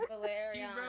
Valerian